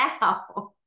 now